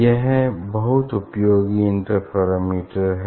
यह बहुत उपयोगी इंटरफेरोमीटर है